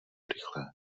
rychlé